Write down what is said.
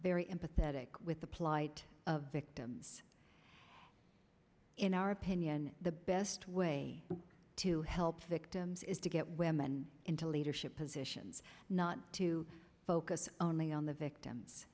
very empathetic with the plight of victims in our opinion the best way to help victims is to get women into leadership positions not to focus only on the victims